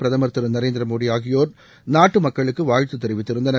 பிரதமர் திரு நரேந்திரமோடி ஆகியோர் நாட்டு மக்களுக்கு வாழ்த்து தெரிவித்திருந்தனர்